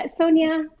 Sonia